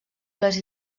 les